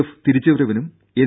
F തിരിച്ചുവരവിനും N